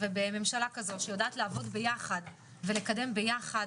ובממשלה כזו שיודעת לעבוד ביחד ולקדם ביחד,